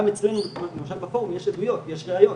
גם אצלנו, למשל בפורום, יש עדויות, יש ראיות